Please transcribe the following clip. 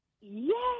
Yes